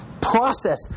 process